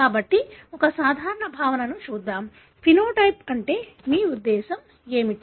కాబట్టి ఒక సాధారణ భావనను చూద్దాం ఫెనోటైప్ అంటే మీ ఉద్దేశ్యం ఏమిటి